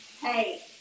Hey